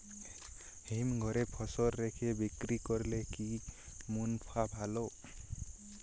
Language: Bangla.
হিমঘরে ফসল রেখে বিক্রি করলে কি মুনাফা ভালো?